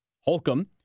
Holcomb